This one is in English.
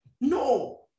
No